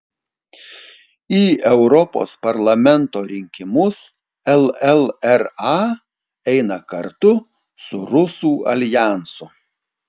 į europos parlamento rinkimus llra eina kartu su rusų aljansu